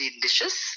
delicious